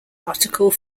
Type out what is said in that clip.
article